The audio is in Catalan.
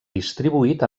distribuït